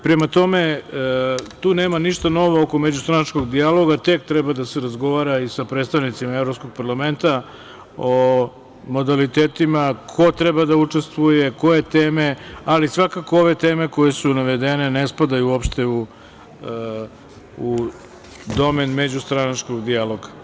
Prema tome, tu nema ništa novo oko međustranačkog dijaloga, tek treba da se razgovara i sa predstavnicima Evropskog parlamenta o modalitetima ko treba da učestvuje, koje teme, ali svakako ove teme koje su navedene ne spadaju uopšte u domen međustranačkog dijaloga.